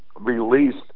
released